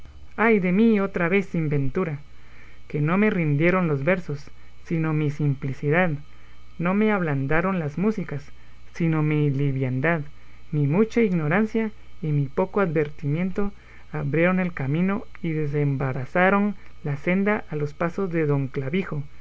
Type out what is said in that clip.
ay de mí otra vez sin ventura que no me rindieron los versos sino mi simplicidad no me ablandaron las músicas sino mi liviandad mi mucha ignorancia y mi poco advertimiento abrieron el camino y desembarazaron la senda a los pasos de don clavijo